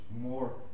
more